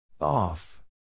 Off